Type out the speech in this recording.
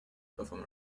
perform